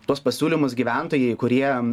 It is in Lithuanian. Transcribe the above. tuos pasiūlymus gyventojai kurie